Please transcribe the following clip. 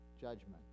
judgment